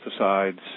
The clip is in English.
pesticides